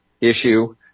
issue